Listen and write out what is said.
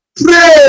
Pray